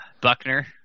buckner